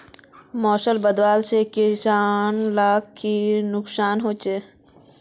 मौसम बदलाव से किसान लाक की नुकसान होचे?